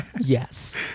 Yes